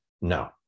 No